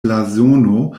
blazono